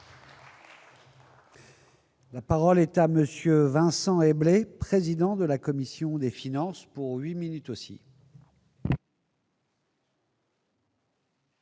La parole est à monsieur Vincent et président de la commission des finances pour lui minutes aussi.